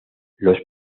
los